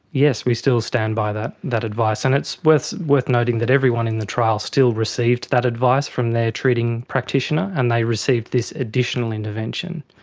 yes, we still stand by that that advice, and it's worth worth noting that everyone in the trials still received that advice from their treating practitioner and they received this additional intervention,